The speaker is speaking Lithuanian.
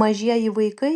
mažieji vaikai